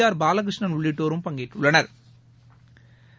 R Balakrishnan உள்ளிட்டோரும் பங்கேற்றுள்ளனா்